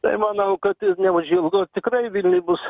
tai manau kad ir neužilgo tikrai vilniuj bus